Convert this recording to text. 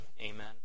Amen